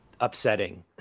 upsetting